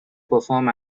perform